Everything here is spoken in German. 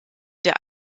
der